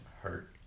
hurt